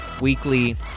weekly